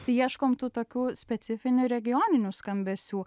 tai ieškom tų tokių specifinių regioninių skambesių